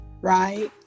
right